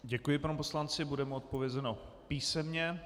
Děkuji panu poslanci, bude mu odpovězeno písemně.